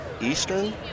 Eastern